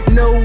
no